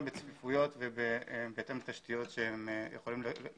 בצפיפויות ובהתאם לתשתיות שיכולות להיות